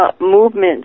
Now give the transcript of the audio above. movements